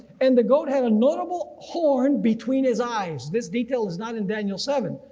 and the goat had a notable horn between his eyes. this detail is not in daniel seven.